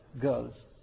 girls